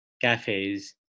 cafes